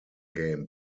game